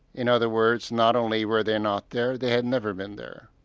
in other words, not only were they not there, they had never been there.